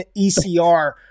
ECR